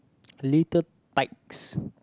little bikes